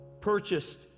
purchased